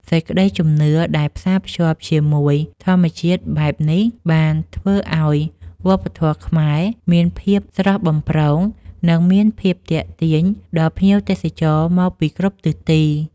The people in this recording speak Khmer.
សេចក្តីជំនឿដែលផ្សារភ្ជាប់ជាមួយធម្មជាតិបែបនេះបានធ្វើឱ្យវប្បធម៌ខ្មែរមានភាពស្រស់បំព្រង និងមានភាពទាក់ទាញដល់ភ្ញៀវទេសចរមកពីគ្រប់ទិសទី។